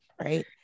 right